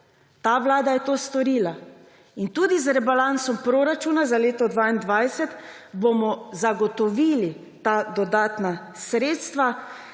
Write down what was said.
Ta vlada je to storila. Tudi z rebalansom proračuna za leto 2022 bomo zagotovili ta dodatna sredstva,